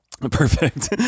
Perfect